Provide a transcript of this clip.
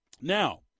Now